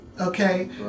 Okay